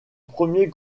premier